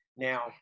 Now